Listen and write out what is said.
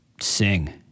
sing